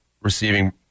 receiving